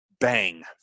bang